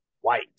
white